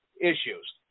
issues